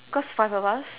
cause five of us